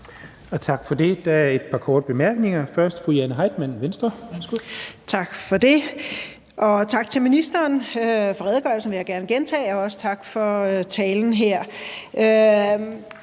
Tak for det. Der er et par korte bemærkninger, først fra fru Jane Heitmann, Venstre. Værsgo. Kl. 12:15 Jane Heitmann (V): Tak for det. Tak til ministeren for redegørelsen, vil jeg gerne gentage, og også tak for talen her.